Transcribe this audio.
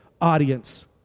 audience